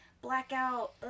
blackout